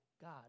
God